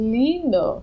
lindo